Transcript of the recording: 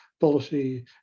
policy